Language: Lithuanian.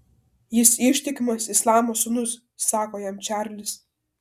jis ištikimas islamo sūnus sako jam čarlis